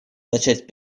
начать